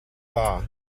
dda